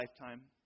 lifetime